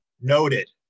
noted